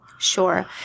Sure